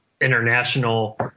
international